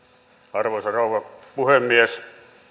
arvoisa rouva puhemies